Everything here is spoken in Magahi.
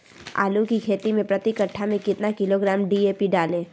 आलू की खेती मे प्रति कट्ठा में कितना किलोग्राम डी.ए.पी डाले?